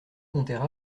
montaient